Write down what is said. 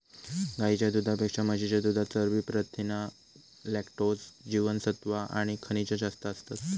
गाईच्या दुधापेक्षा म्हशीच्या दुधात चरबी, प्रथीना, लॅक्टोज, जीवनसत्त्वा आणि खनिजा जास्त असतत